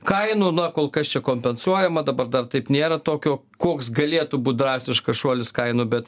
kainų na kol kas čia kompensuojama dabar dar taip nėra tokio koks galėtų būt drastiškas šuolis kainų bet